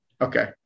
Okay